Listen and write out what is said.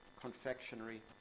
confectionery